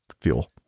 fuel